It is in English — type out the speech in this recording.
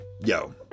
yo